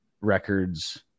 Records